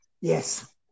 Yes